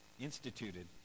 instituted